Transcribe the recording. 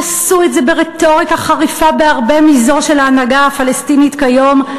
ועשו את זה ברטוריקה חריפה בהרבה מזו של ההנהגה הפלסטינית כיום,